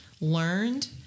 learned